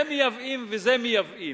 זה מייבאים וזה מייבאים,